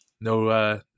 No